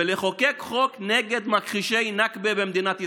ולחוקק חוק נגד מכחישי נכבה במדינת ישראל.